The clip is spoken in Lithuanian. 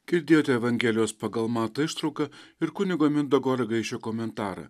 girdėjot evangelijos pagal matą ištrauką ir kunigo mindaugo ragaišio komentarą